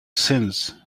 sins